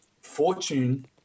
fortune